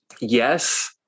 yes